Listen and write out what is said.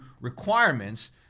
requirements